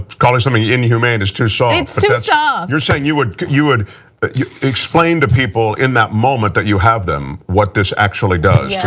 calling something inhumane is too soft. ah you're saying you would you would explain to people in that moment that you have them what this actually does